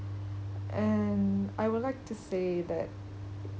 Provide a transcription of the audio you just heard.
and I would like to say that